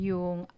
Yung